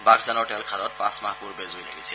বাঘজানৰ তেলখাদত পাঁচ মাহ পূৰ্বে জুই লাগিছিল